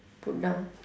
put down